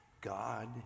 God